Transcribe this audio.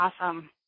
Awesome